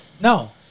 No